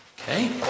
Okay